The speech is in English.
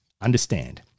Understand